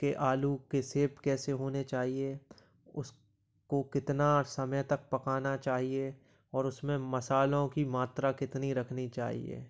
कि आलू के शेप कैसे होने चाहिए उसको कितना समय तक पकाना चाहिए और उसमें मसालों की मात्रा कितनी रखनी चाहिए